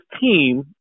team